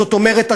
זאת אומרת,